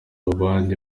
abandi